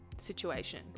Situation